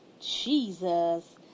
Jesus